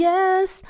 Yes